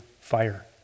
fire